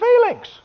feelings